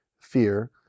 fear